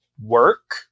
work